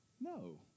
no